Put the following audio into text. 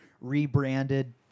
rebranded